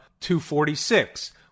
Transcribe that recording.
246